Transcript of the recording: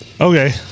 Okay